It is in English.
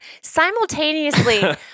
simultaneously